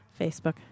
Facebook